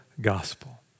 gospel